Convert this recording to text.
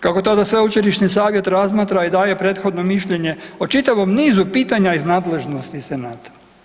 Kako to da sveučilišni savjet razmatra i daje prethodno mišljenje o čitavom nizu pitanja iz nadležnosti senata?